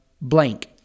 blank